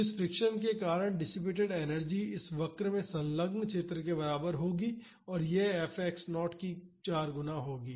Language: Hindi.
तो इस फ्रिक्शन के कारण डिसिपेटड एनर्जी इस वक्र में संलग्न क्षेत्र के बराबर होगी और वह F x 0 की 4 गुणा होगी